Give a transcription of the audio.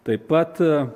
taip pat